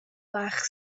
fach